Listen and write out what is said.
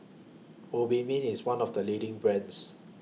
Obimin IS one of The leading brands